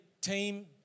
team